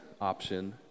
option